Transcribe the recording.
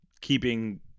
keeping